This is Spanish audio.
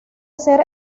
ser